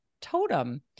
totem